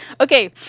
okay